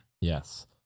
yes